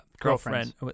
girlfriend